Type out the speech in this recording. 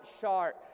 shark